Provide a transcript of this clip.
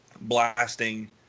blasting